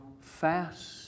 fast